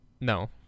no